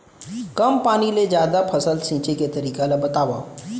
कम पानी ले जादा फसल सींचे के तरीका ला बतावव?